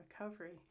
recovery